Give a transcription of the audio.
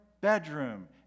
bedroom